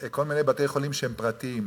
כל מיני בתי-חולים שהם פרטיים.